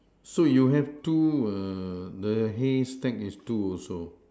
so you have two err the hay stack is two also